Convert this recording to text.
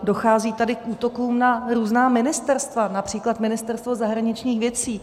Dochází tady k útokům na různá ministerstva, například Ministerstvo zahraničních věcí.